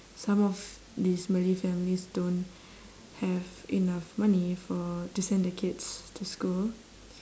some of these malay families don't have enough money for to send their kids to school